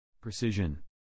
Precision